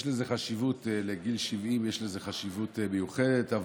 לגיל 70 יש חשיבות מיוחדת,